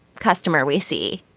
customer we see.